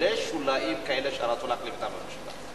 בשולי השוליים כאלה שרצו להחליף את הממשלה.